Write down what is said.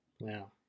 Wow